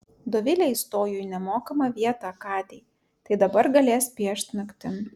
dovilė įstojo į nemokamą vietą akadėj tai dabar galės piešt naktim